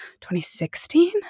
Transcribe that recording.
2016